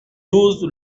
douze